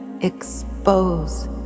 expose